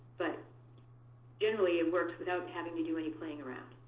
but generally it works without having to do any playing around.